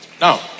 now